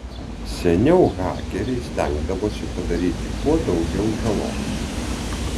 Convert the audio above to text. seniau hakeriai stengdavosi padaryti kuo daugiau žalos